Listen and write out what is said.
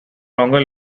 longer